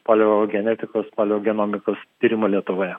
paleogenetikos paleogenomikos tyrimų lietuvoje